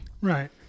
Right